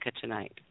tonight